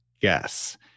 guess